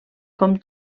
com